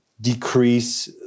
decrease